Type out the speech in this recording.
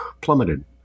plummeted